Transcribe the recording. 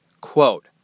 Quote